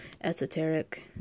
esoteric